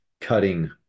cutting